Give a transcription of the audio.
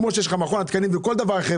כמו שעושים במכון התקנים לגבי דברים אחרים.